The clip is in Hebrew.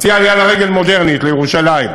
אז תהיה עלייה לרגל מודרנית לירושלים.